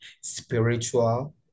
spiritual